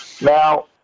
Now